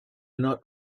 not